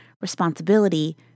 responsibility